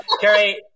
Carrie